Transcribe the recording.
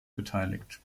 beteiligt